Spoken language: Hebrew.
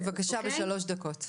בבקשה בשלוש דקות.